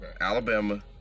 Alabama